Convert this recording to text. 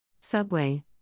Subway